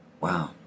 Wow